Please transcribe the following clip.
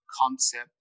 concept